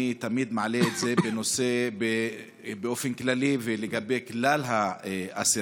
אני תמיד מעלה את זה באופן כללי על כלל האסירים,